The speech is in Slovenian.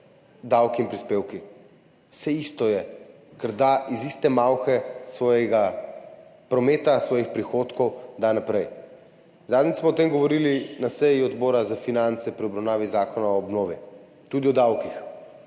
davki in prispevki. Vse isto je, ker da iz iste malhe svojega prometa, svojih prihodkov naprej. Zadnjič smo o tem govorili na seji Odbora za finance pri obravnavi zakona o obnovi, tudi o davkih.